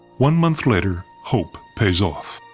one month later, hope pays off.